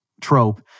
trope